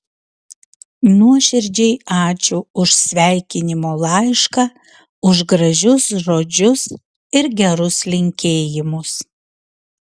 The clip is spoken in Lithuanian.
nuoširdžiai ačiū už sveikinimo laišką už gražius žodžius ir gerus linkėjimus